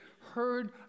heard